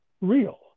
real